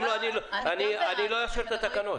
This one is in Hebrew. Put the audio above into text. אם לא, אני לא אאשר את התקנות.